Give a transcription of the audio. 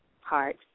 heart